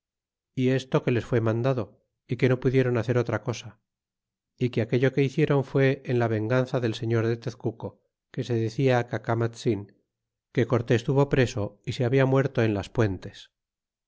y esto que les fué mandado y que no pudieron hacer otra cosa y que aquello que hicieron que fue en venganza del señor de tezcuco que se decía cacamatzin que cortes tuvo preso y se habla muerto en las puentes